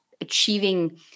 achieving